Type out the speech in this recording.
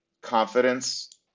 confidence